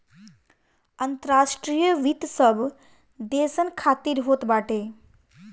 अंतर्राष्ट्रीय वित्त सब देसन खातिर होत बाटे